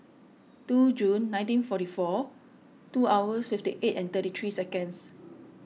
two June nineteen forty four two hours fifty eight and thirty three seconds